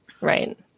Right